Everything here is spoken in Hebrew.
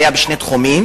היו בשני תחומים: